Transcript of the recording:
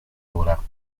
ora